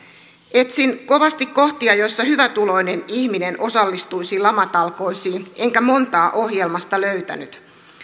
etsin kovasti kohtia joissa hyvätuloinen ihminen osallistuisi lamatalkoisiin enkä montaa ohjelmasta löytänyt